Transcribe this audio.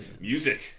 Music